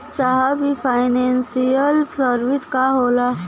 साहब इ financial service का होला?